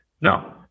No